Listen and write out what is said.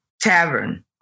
Tavern